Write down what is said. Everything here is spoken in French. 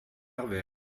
pervers